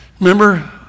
Remember